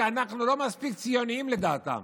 כי אנחנו לא מספיק ציוניים לדעתם,